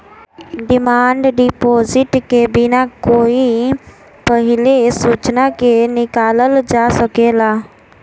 demand deposit के बिना कोई पहिले सूचना के निकालल जा सकेला